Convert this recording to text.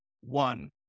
one